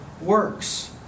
works